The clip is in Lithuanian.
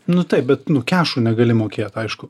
nu taip bet nu kešu negali mokėt aišku